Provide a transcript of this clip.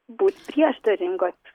būt prieštaringos